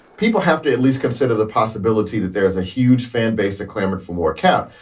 people have to at least consider the possibility that there is a huge fan base of clamoring for more cap.